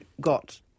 got